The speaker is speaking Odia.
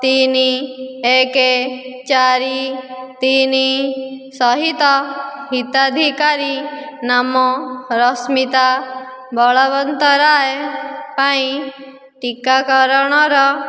ତିନି ଏକ ଚାରି ତିନି ସହିତ ହିତାଧିକାରୀ ନାମ ରଶ୍ମିତା ବଳବନ୍ତରାୟ ପାଇଁ ଟିକାକରଣର